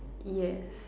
yes